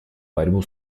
борьбу